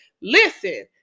Listen